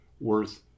worth